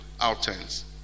outcomes